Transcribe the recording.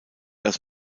als